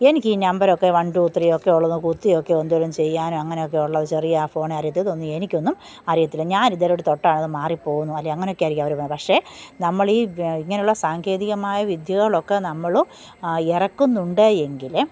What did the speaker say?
എനിക്കീ നമ്പറൊക്കെ one two ത്രീയൊക്കെ ഉള്ളതും കുത്തിയൊക്കെ എന്തേലും ചെയ്യാനും അങ്ങനൊക്കെയുള്ള ചെറിയ ആ ഫോണ് അറിയത്തുള്ളൂ എനിക്കൊന്നും അറിയത്തില്ല ഞാനിതേലോട്ട് തൊട്ടാല് അത് മാറിപ്പോകും എന്നല്ലെ അങ്ങനൊക്കായിരിക്കും അവര് പറയുന്നത് പക്ഷെ നമ്മളീ ഇ ഇങ്ങനെയുള്ള സാങ്കേതികമായ വിദ്യകളൊക്കെ നമ്മള് ഇറക്കുന്നുണ്ട് എങ്കില്